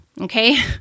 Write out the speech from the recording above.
Okay